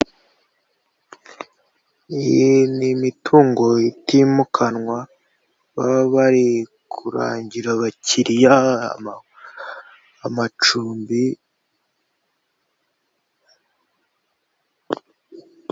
Iyi ni imitungo itimukanwa baba bari kurangira abakiriya amacumbi.